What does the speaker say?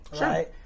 Right